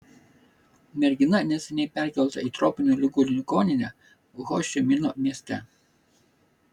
mergina neseniai perkelta į tropinių ligų ligoninę ho ši mino mieste